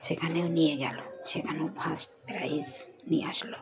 সেখানেও নিয়ে গেলো সেখানেও ফার্স্ট প্রাইজ নিয়ে আসলো